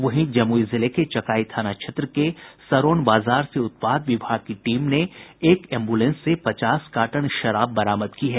वहीं जमुई जिले के चकाई थाना क्षेत्र के सरौन बाजार से उत्पाद विभाग की टीम ने एक एम्बुलेंस से पचास कार्टन शराब बरामद की है